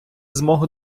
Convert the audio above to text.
змогу